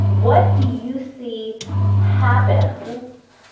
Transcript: what do you see happen